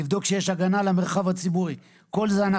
לבדוק שיש הגנה למרחב הציבורי את כל זה אנחנו